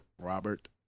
Robert